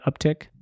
uptick